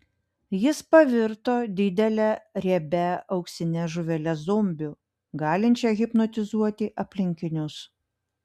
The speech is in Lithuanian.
jis pavirto didele riebia auksine žuvele zombiu galinčia hipnotizuoti aplinkinius